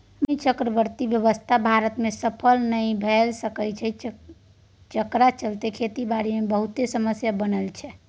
भूमि चकबंदी व्यवस्था भारत में सफल नइ भए सकलै जकरा चलते खेती बारी मे बहुते समस्या बनल छै